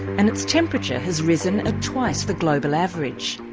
and its temperature has risen at twice the global average.